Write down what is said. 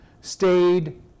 stayed